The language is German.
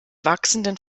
wachsenden